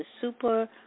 super